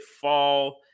fall